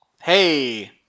Hey